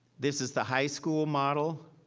this is the high school model.